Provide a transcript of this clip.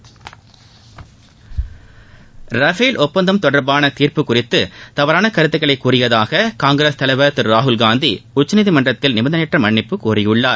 Rafale ஒப்பந்தம் தொடர்பான தீர்ப்பு குறித்து தவறான கருத்துக்களை கூறியதாக காங்கிரஸ் தலைவர் திரு ராகுல்காந்தி உச்சநீதிமன்றத்தில் நிபந்தனையற்ற மன்னிப்பு கோரியுள்ளார்